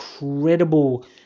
incredible